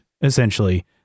essentially